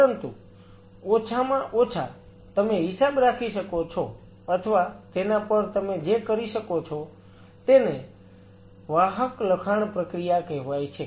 પરંતુ ઓછામાં ઓછા તમે હિસાબ રાખી શકો છો અથવા તેના પર તમે જે કરી શકો છો તેને વાહક લખાણ પ્રક્રિયા કહેવાય છે